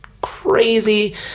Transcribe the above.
crazy